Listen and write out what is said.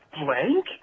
blank